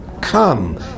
come